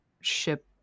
ship